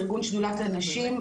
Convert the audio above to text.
ארגון שדולת הנשים,